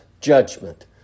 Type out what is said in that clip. judgment